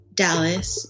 dallas